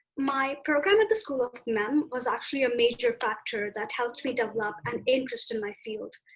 my program at the school of mem was actually a major factor that helped me develop an interest in my field.